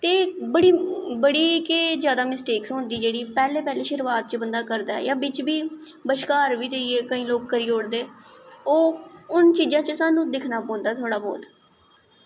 कि बड़ी गै जादै मिस्टेक होंदी जेह्ड़ी पैह्लें पैह्लें शुरूआत च करदा जां बिच बी जां बश्कार बी जाइयै केईं लोग करी ओड़दे ते ओह् उ'नें चीज़ां च सानूं दिक्खना पौंदा थोह्ड़ा बौह्त